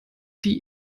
die